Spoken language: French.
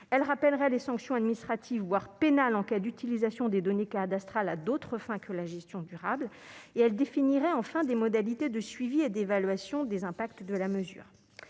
elle rappellera les sanctions administratives voire pénales en cas d'utilisation des données cadastrales à d'autres fins que la gestion durable et elle définirait enfin des modalités de suivi et d'évaluation des impacts de la mesure